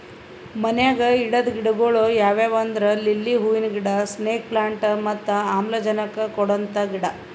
ಮನ್ಯಾಗ್ ಇಡದ್ ಗಿಡಗೊಳ್ ಯಾವ್ಯಾವ್ ಅಂದ್ರ ಲಿಲ್ಲಿ ಹೂವಿನ ಗಿಡ, ಸ್ನೇಕ್ ಪ್ಲಾಂಟ್ ಮತ್ತ್ ಆಮ್ಲಜನಕ್ ಕೊಡಂತ ಗಿಡ